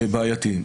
בעייתיים.